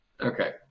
Okay